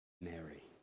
Mary